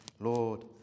Lord